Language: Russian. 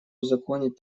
узаконить